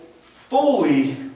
fully